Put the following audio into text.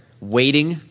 waiting